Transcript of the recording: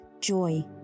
joy